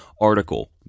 article